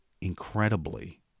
incredibly